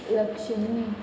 Lakshmi